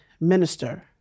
Minister